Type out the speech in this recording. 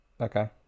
Okay